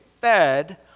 fed